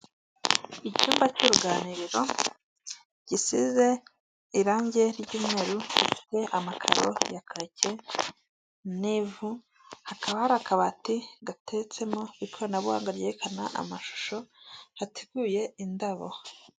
Icyumba cy'uruganiriro gisize irangi ry'umweru rifite amakaro ya kake n'ivu, hakaba hari akabati gateretsemo ikoranabuhanga ryerekana amashusho, hateguye indabo.